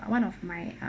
one of my uh